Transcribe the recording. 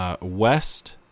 West